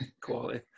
Quality